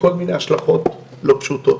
לכל מיני השלכות לא פשוטות.